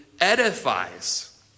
edifies